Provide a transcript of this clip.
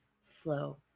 slow